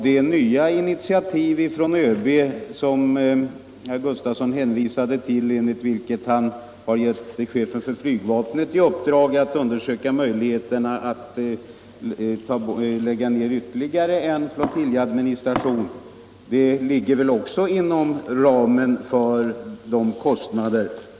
De nya initiativ från ÖB som herr Gustafsson hänvisade till och enligt vilka ÖB gett chefen för flygvapnet i uppdrag att undersöka möjligheterna att lägga ner ytterligare en flottiljadministration ligger väl också inom ramen för kostnaderna.